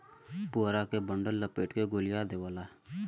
पुआरा के डंठल लपेट के गोलिया देवला